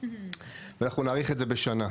אנחנו נאריך את זה בשנה.